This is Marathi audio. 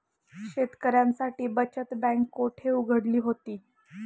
शेतकऱ्यांसाठी बचत बँक कुठे उघडली होती?